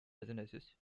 businesses